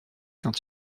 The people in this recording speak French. quand